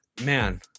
man